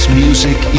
music